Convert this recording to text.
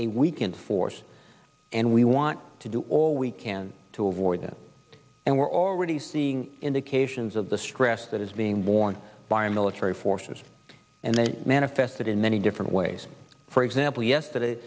force and we want to do all we can to avoid that and we're already seeing indications of the stress that is being borne by a military forces and they manifested in many different ways for example yesterday